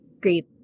great